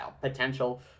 potential